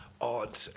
odd